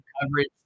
coverage